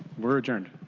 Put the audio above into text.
we are adjourned.